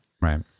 Right